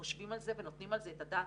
חושבים על זה ונותנים על זה את הדעת,